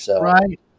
Right